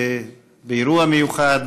באירוע מיוחד,